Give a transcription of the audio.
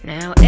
Now